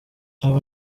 abo